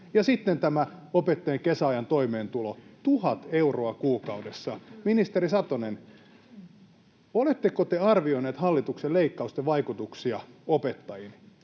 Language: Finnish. sitten on tämä opettajien kesäajan toimeentulo, 1 000 euroa kuukaudessa. Ministeri Satonen, oletteko te arvioineet hallituksen leikkausten vaikutuksia opettajiin,